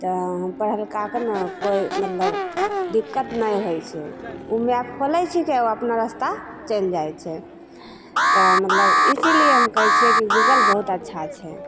तऽ पहिलुका के ने कोइ मतलब दिक्कत नहि होइ छै ओ मैप खोलै छिकै ओ अपना रस्ता चलि जाइ छै तऽ मतलब इसीलिए हम कहै छिए कि गूगल बहुत अच्छा छै